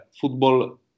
football